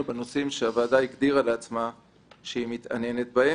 בנושאים שהוועדה הגדירה לעצמה שהיא מתעניינת בהם,